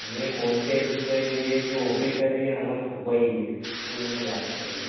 मैं काॅन्टेक्ट से ये जो ऑफिसर ही है हमारा फूफा ही है उन्होंने बात करी है